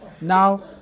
Now